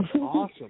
Awesome